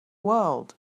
world